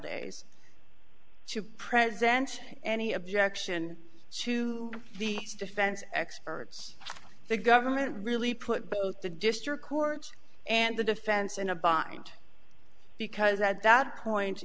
days to president any objection to the defense experts the government really put both the district courts and the defense in a bind because at that point